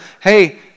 Hey